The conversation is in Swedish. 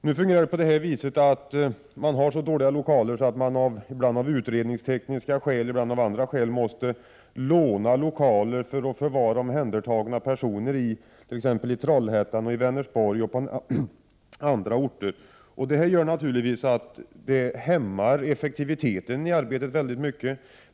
Nu är lokalerna så dåliga att man ibland av utredningstekniska skäl, ibland av andra skäl, måste låna lokaler för att där förvara omhändertagna personer. Det gäller Trollhättan, Vänersborg och andra orter. Detta hämmar naturligtvis effektiviteten i arbetet väldigt mycket.